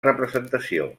representació